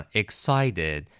excited